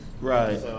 Right